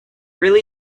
really